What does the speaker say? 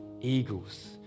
eagles